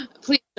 Please